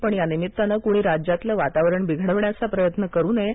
पण यानिमित्तानं कुणी राज्यातलं वातावरण बिघडवण्याचा प्रयत्न करु नये